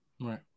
Right